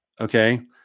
Okay